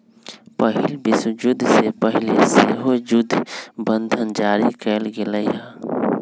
पहिल विश्वयुद्ध से पहिले सेहो जुद्ध बंधन जारी कयल गेल हइ